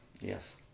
yes